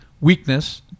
weakness